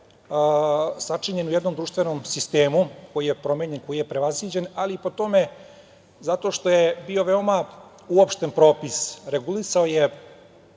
sačinjen u jednom društvenom sistemu koji je promenjen, koji je prevaziđen, ali i po tome zato što je bio veoma uopšten propis koji je